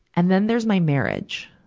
and then there's my marriage.